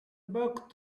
book